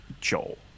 Joel